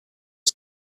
was